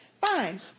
fine